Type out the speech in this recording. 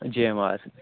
J M R